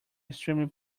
extremely